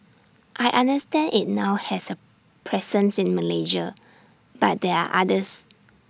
I understand IT now has A presence in Malaysia but there are others